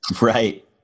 Right